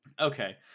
okay